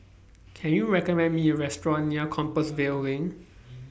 Can YOU recommend Me A Restaurant near Compassvale LINK